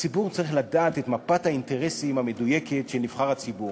הציבור צריך לדעת את מפת האינטרסים המדויקת של נבחר הציבור,